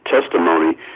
testimony